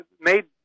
made